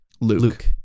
Luke